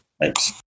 Thanks